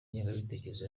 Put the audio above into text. ingengabitekerezo